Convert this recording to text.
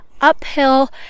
Uphill